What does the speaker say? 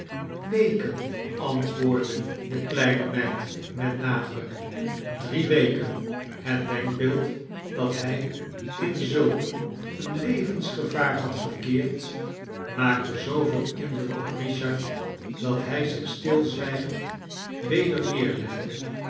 weken antwoordde de kleine meid met nadruk drie weken het denkbeeld dat hij in zulk een levensgevaar had verkeerd maakte zooveel indruk op richard dat hij zich stilzwijgend weder neerlegde